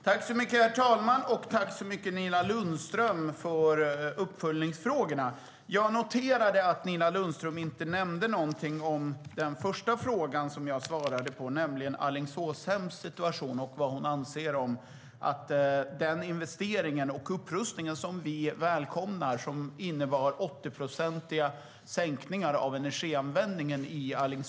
Herr talman! Tack, Nina Lundström, för uppföljningsfrågorna! Jag noterade att Nina Lundström inte nämnde någonting om den första frågan som jag svarade på, nämligen Alingsåshems situation och vad hon anser om den investering och upprustning som gjorts där, som vi välkomnar och som inneburit en 80-procentig sänkning av energianvändningen i Alingsås.